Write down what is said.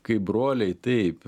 kaip broliai taip